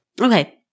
Okay